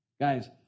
Guys